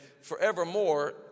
forevermore